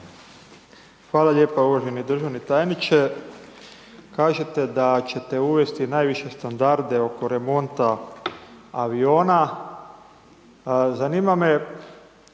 Hvala lijepa. Uvaženi državni tajniče, kažete da ćete uvesti najviše standarde oko remonta aviona. Zanima me